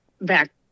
back